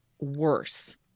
worse